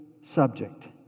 subject